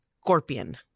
scorpion